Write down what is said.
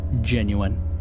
genuine